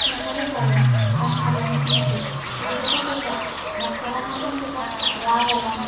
कुठलाही चालेल पण हा गनेश नको तो झोपतच आहे मग सरांना पण त्याचा खूप राग आला